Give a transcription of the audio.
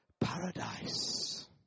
paradise